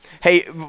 Hey